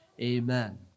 Amen